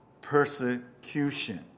persecution